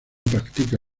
practica